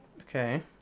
Okay